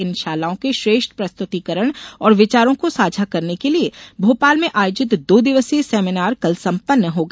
इन शालाओं के श्रेष्ठ प्रस्तुतीकरण और विचारों को साझा करने के लिये भोपाल में आयोजित दो दिवसीय सेमिनार कल संपन्न हो गया